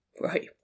Right